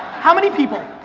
how many people,